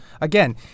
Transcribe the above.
Again